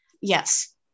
Yes